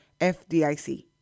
FDIC